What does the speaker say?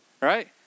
right